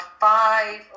five